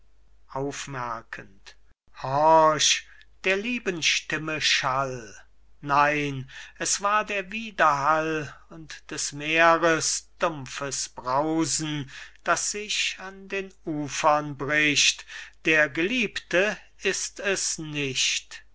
horch der lieben stimme schall nein es war der wiederhall und des meeres dumpfes brausen das sich an den ufern bricht der geliebte ist es nicht